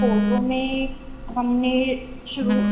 photo में हमने शुरू